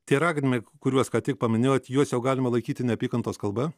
tie raginimai kuriuos ką tik paminėjot juos jau galima laikyti neapykantos kalba